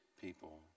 people